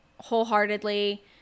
wholeheartedly